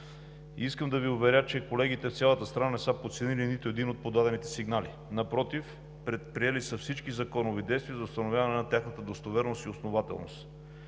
Искам да Ви уверя, че колегите от цялата страна не са подценили нито един от подадените сигнали. Напротив, предприели са всички законови действия за установяване на тяхната достоверност и основателност.